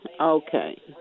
Okay